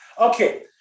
Okay